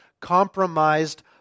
compromised